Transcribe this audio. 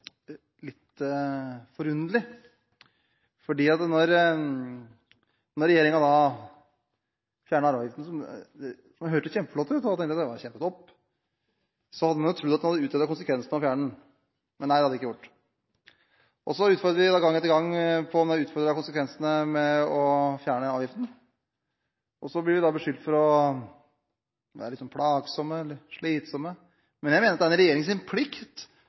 litt forunderlig. Når regjeringen fjerner arveavgiften – som hørtes kjempeflott ut, og da tenkte jeg at det var kjempetopp – hadde en vel trodd at den hadde utredet konsekvensene av å fjerne den, men nei, det hadde den ikke gjort. Så utfordrer vi den gang etter gang på om den har utredet konsekvensene av å fjerne avgiften, og da blir vi beskyldt for å være litt plagsomme eller slitsomme. Men jeg mener at det er en regjerings plikt å utrede konsekvenser av de forslagene den selv kommer med, og når ikke regjeringen